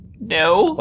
No